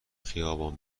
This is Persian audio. خیابان